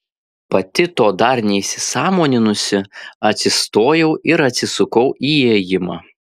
pati to dar neįsisąmoninusi atsistojau ir atsisukau į įėjimą